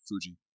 Fuji